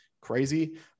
Crazy